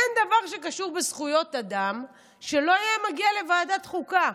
אין דבר שקשור בזכויות אדם שלא היה מגיע לוועדת חוקה.